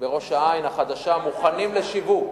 בראש-העין החדשה, מוכנים לשיווק.